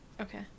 okay